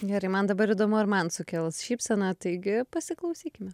gerai man dabar įdomu ar man sukels šypseną taigi pasiklausykime